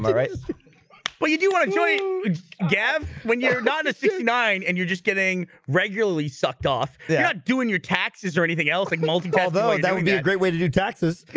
right well you do want to join gaff when you got a sixty nine and you're just kidding regularly sucked off yeah doing your taxes or anything else like multi-ball though. that would be a great way to do taxes